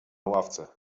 ławce